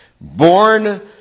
born